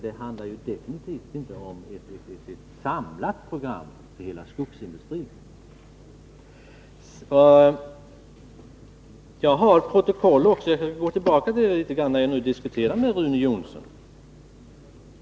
Det handlar definitivt inte om ett samlat program för hela skogsindustrin. Jag har här protokoll från vad som sades för ett år sedan, och jag vill gärna gå tillbaka till det när jag nu diskuterar med Rune Jonsson.